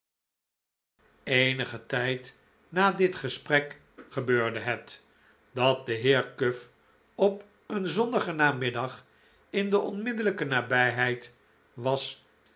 eenigen tijd na dit gesprek gebeurde het dat de heer cuff op een zonnigen namiddag in de onmiddellijke nabijheid was